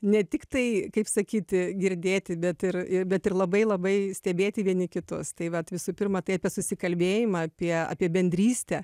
ne tik tai kaip sakyti girdėti bet ir ir bet ir labai labai stebėti vieni kitus tai va visų pirma tai apie susikalbėjimą apie apie bendrystę